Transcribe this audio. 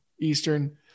Eastern